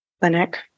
Clinic